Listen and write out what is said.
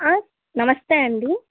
నమస్తే అండి